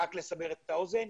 רק לסבר את האוזן,